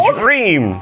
dream